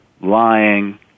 lying